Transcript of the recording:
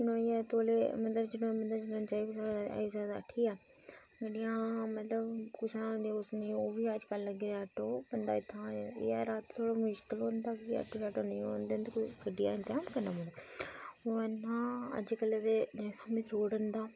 जनोइयै तौले मतलब जनो मतलब जाई बी सकदा आई बी सकदा ठीक ऐ गड्डियां मतलब ओह् बी अज्जकल लग्गे दे आटो बंदा इत्थां बा एह् ऐ रातीं थोह्ड़ा मुश्कल होंदा आटो शाटो नेईंं होन ते गड्डिया इतंजाम करना पौना ओह् इन्ना अज्जकलै दे